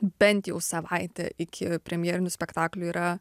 bent jau savaitę iki premjerinių spektaklių yra